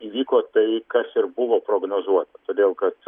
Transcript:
įvyko tai kas ir buvo prognozuota todėl kad